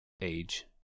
age